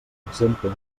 exemple